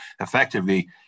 effectively